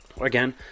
Again